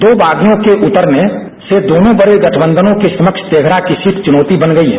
दो बागियों के उतरने से दोनों बडे गठबंधनों के समक्ष तेघड़ा की सीट चुनौती बन गयी है